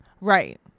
Right